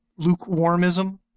lukewarmism